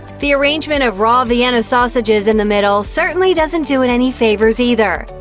the arrangement of raw vienna sausages in the middle certainly doesn't do it any favors either.